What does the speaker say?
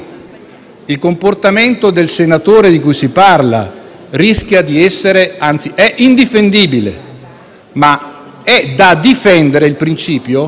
il comportamento del senatore di cui si parla rischia di essere, anzi è indifendibile ma è da difendere il principio